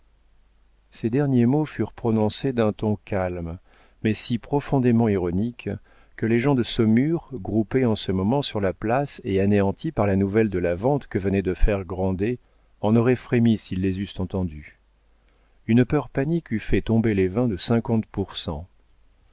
ces derniers mots furent prononcés d'un ton calme mais si profondément ironique que les gens de saumur groupés en ce moment sur la place et anéantis par la nouvelle de la vente que venait de faire grandet en auraient frémi s'ils les eussent entendus une peur panique eût fait tomber les vins de cinquante pour cent